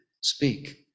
speak